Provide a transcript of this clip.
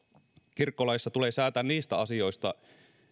kirkkolaissa tulee säätää niistä asioista